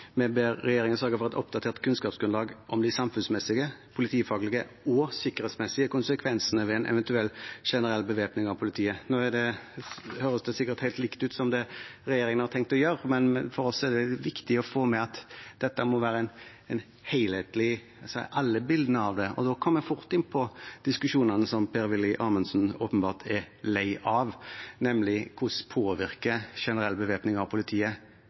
ber regjeringen sørge for et oppdatert kunnskapsgrunnlag om de samfunnsmessige, politifaglige og sikkerhetsmessige konsekvensene ved en eventuell generell bevæpning av politiet.» Det høres sikkert helt likt ut som det regjeringen har tenkt å gjøre, men for oss er det viktig å få med at dette må være helhetlig, og at vi ser alle delene av det. Da kommer vi fort inn på diskusjonene som Per-Willy Amundsen åpenbart er lei av, nemlig hvordan en generell bevæpning av politiet